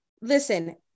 Listen